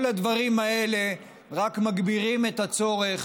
כל הדברים האלה רק מגבירים את הצורך